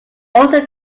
also